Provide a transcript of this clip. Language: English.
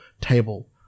table